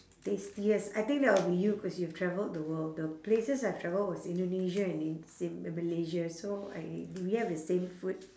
tastiest I think that would be you cause you've travelled the world the places I've travelled was indonesia and in~ sin~ uh malaysia so I do we have the same food